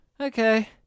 Okay